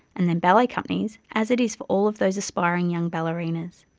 and then ballet companies, as it is for all of those aspiring young ballerinas.